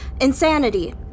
Insanity